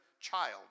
child